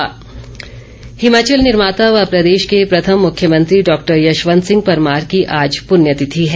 पुण्य तिथि हिमाचल निर्माता व प्रदेश के प्रथम मुख्यमंत्री डॉक्टर यशवंत सिंह परमार की आज प्रण्य तिथि है